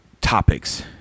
topics